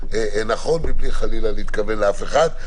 מבלי חלילה להתכוון לאף אחד.